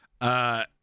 Uh-